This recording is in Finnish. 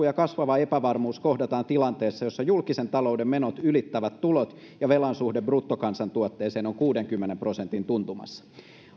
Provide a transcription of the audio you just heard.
ja kasvava epävarmuus kohdataan tilanteessa jossa julkisen talouden menot ylittävät tulot ja velan suhde bruttokansantuotteeseen on kuudenkymmenen prosentin tuntumassa